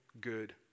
good